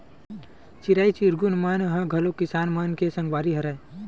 चिरई चिरगुन मन ह घलो किसान मन के संगवारी हरय